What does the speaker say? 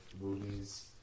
movies